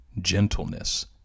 gentleness